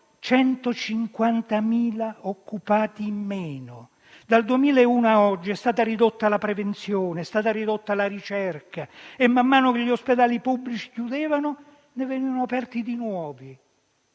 150.000 occupati in meno. Dal 2001 a oggi sono state ridotte la prevenzione e anche la ricerca e, man mano che gli ospedali pubblici chiudevano, ne venivano aperti di nuovi,